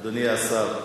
אדוני השר,